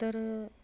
तर